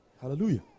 Hallelujah